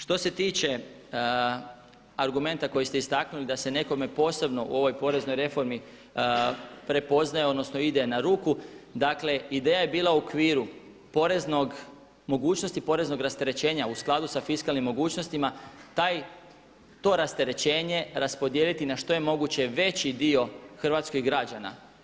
Što se tiče argumenta koji ste istaknuli da se nekome posebno u ovoj poreznoj reformi prepoznaje, odnosno ide na ruku dakle ideja je bila u okviru poreznog, mogućnosti poreznog rasterećenja u skladu sa fiskalnim mogućnostima to rasterećenje raspodijeliti na što je moguće veći dio hrvatskih građana.